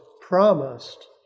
promised